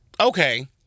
okay